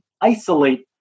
isolate